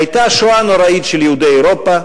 היתה שואה נוראית של יהודי אירופה,